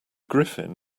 griffin